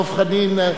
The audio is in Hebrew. דב חנין,